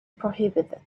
prohibited